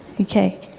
Okay